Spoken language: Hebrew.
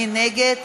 מי נגד?